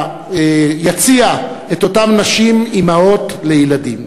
ביציע, את אותן נשים, אימהות לילדים,